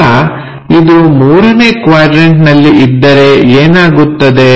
ಈಗ ಇದು ಮೂರನೇ ಕ್ವಾಡ್ರನ್ಟನಲ್ಲಿ ಇದ್ದರೆ ಏನಾಗುತ್ತದೆ